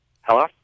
Hello